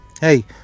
hey